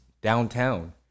downtown